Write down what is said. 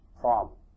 problem